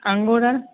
अङ्गूर आओर